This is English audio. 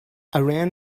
iran